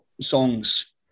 songs